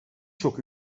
çok